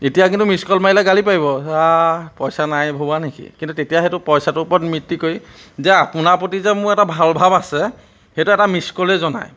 এতিয়া কিন্তু miss call মাৰিলে গালি পাৰিব আহ্ পইচা নাই ভৰোৱা নেকি কিন্তু তেতিয়া সেইটো পইচাটোৰ ওপৰত ভিত্তি কৰি যে আপোনাৰ প্ৰতি যে মোৰ এটা ভাল ভাৱ আছে সেইটো এটা মিচ কলে জনায়